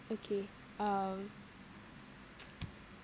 okay uh uh